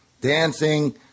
Dancing